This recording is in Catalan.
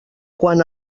quant